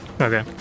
Okay